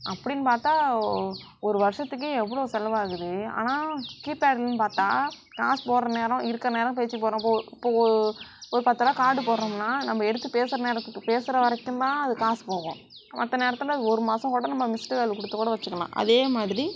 அப்டின்னு பார்த்தா ஒரு வருஷத்துக்கு எவ்வளோ செலவாகுது ஆனால் கீப்பேடுன்னு பார்த்தா காசு போடுற நேரம் இருக்கற நேரம் பேசிக்க போகிறோம் இப்போ ஒரு பத்துருவா கார்டு போடுறோம்னா நம்ம எடுத்து பேசுகிற நேரத்துக்கு பேசுகிற வரைக்கும்தான் அது காசு போகும் மற்ற நேரத்தில் ஒரு மாசம் கூட நம்ம மிஸ்டு கால் கொடுத்தும் கூட வெச்சுக்கலாம் அதே மாதிரி